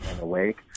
awake